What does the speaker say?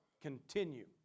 continue